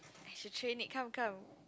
you should train Nick come come